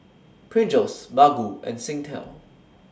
Pringles Baggu and Singtel